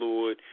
Lord